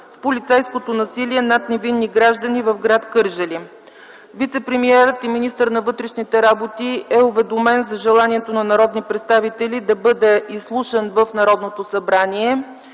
с полицейското насилие над невинни граждани в гр. Кърджали. Вицепремиерът и министър на вътрешните работи е уведомен за желанието на народни представители да бъде изслушан в Народното събрание.